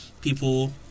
people